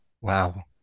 Wow